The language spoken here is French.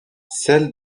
celles